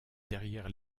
derrière